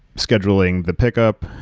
scheduling the pick up.